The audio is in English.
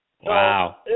Wow